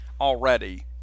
already